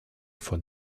von